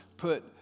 Put